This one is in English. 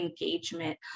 engagement